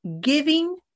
Giving